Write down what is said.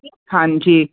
ਹਾਂਜੀ